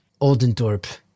oldendorp